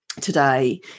today